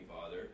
father